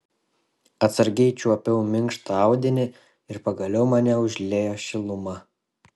atsargiai čiuopiau minkštą audinį ir pagaliau mane užliejo šiluma